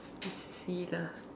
T C C lah